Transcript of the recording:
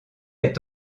est